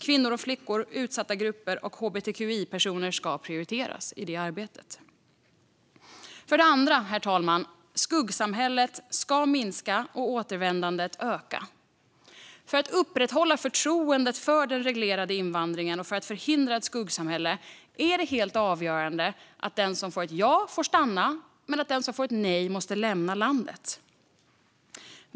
Kvinnor och flickor samt utsatta grupper som hbtqi-personer ska prioriteras i det arbetet. För det andra, herr talman: Skuggsamhället ska minska och återvändandet öka. För att upprätthålla förtroendet för den reglerade invandringen och för att förhindra ett skuggsamhälle är det helt avgörande att den som får ett ja får stanna men att den som får ett nej måste lämna landet.